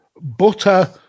butter